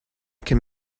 can